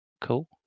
Cool